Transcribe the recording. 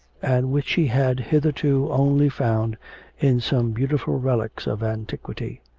and which he had hitherto only found in some beautiful relics of antiquity.